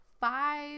Five